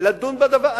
לדון בדבר הזה.